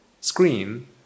screen